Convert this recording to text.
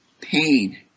pain